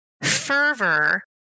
fervor